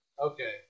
Okay